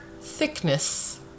Thickness